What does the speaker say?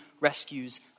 rescues